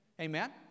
Amen